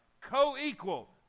co-equal